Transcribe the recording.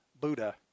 Buddha